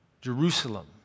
Jerusalem